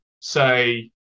say